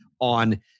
on